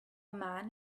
man